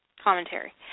commentary